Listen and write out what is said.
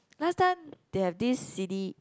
last time they have this C_D